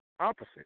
Opposite